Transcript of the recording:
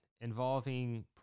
involving